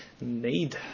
need